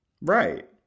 Right